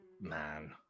Man